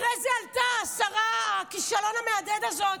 אחרי זה עלתה השרה, הכישלון המהדהד הזאת,